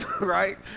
Right